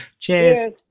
Cheers